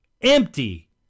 empty